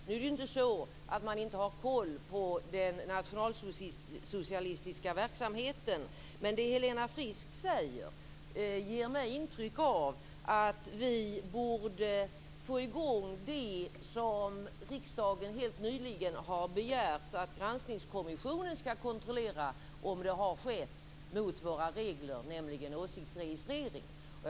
Nu är det inte så att man inte har koll på den nationalsocialistiska verksamheten. Men det Helena Frisk säger ger mig intrycket av att vi borde få i gång det riksdagen nyligen har begärt, nämligen att Granskningskommissionen ska kontrollera om det har skett en åsiktsregistrering som går mot våra regler.